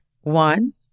One